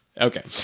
Okay